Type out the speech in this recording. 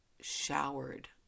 showered